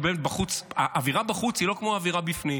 כי באמת האווירה בחוץ היא לא כמו האווירה בפנים.